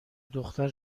دختر